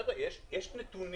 חבר'ה, יש נתונים.